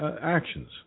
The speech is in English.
actions